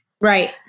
Right